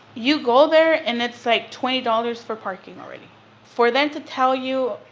you go there, and it's like twenty dollars for parking already for them to tell you,